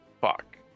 Fuck